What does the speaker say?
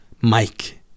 Mike